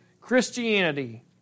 Christianity